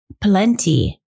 plenty